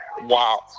wow